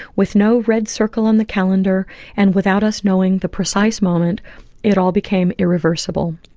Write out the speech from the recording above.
with no red circle on the calendar and without us knowing the precise moment it all became irreversible.